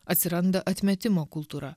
atsiranda atmetimo kultūra